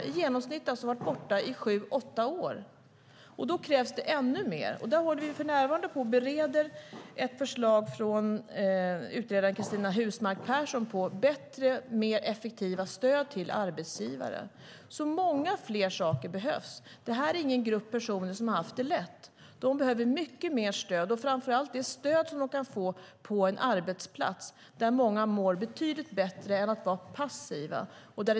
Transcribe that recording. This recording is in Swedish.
De har i genomsnitt varit borta i sju åtta år. Då krävs det ännu mer. Vi håller för närvarande på och bereder ett förslag från utredaren Cristina Husmark Pehrsson om bättre och mer effektiva stöd till arbetsgivaren. Det är alltså många fler saker som behövs. Det här är ingen grupp personer som har haft det lätt. De behöver mycket mer stöd, framför allt det stöd som de kan få på en arbetsplats. Många mår betydligt bättre av att vara där än att vara passiva.